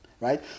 Right